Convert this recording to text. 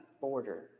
border